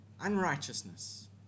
unrighteousness